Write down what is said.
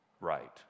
right